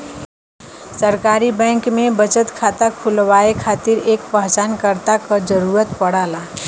सरकारी बैंक में बचत खाता खुलवाये खातिर एक पहचानकर्ता क जरुरत पड़ला